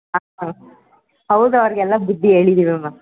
ಹಾಂ ಹಾಂ ಹೌದು ಅವ್ರ್ಗೆ ಎಲ್ಲ ಬುದ್ಧಿ ಹೇಳಿದಿವಿ ಮ್ಯಾಮ್